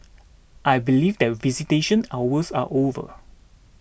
I believe that visitation hours are over